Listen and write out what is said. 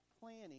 planning